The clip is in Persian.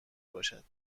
باشد